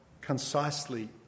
concisely